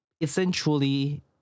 essentially